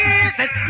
business